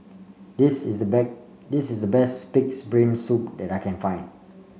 this is the this is the best pig's brain soup that I can find